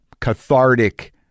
cathartic